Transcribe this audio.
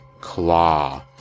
claw